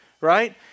Right